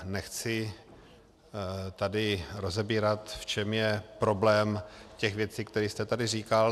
Nechci tady rozebírat, v čem je problém těch věcí, které jste tady říkal.